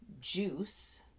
Juice